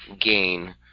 gain